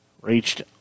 reached